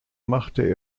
machte